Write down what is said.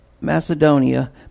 Macedonia